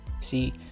See